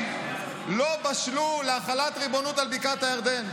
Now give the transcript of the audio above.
לא בשלו להחלת ריבונות על בקעת הירדן.